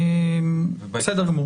בסדר גמור.